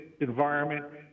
environment